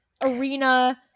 arena